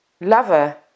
lover